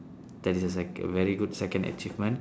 that is a sec~ very good second achievement